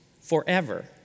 forever